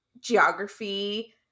geography